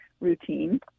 routine